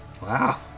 Wow